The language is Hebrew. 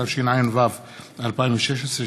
התשע"ו 2016,